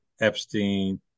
Epstein